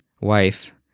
wife